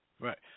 Right